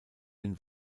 den